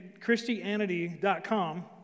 Christianity.com